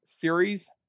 series